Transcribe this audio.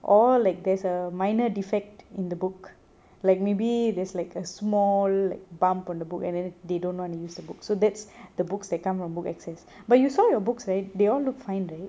or like there's a minor defect in the book like maybe there's like a small like bump on the book and then they don't want to use the book so that's the books that come from book excess but you saw your books right they all look fine right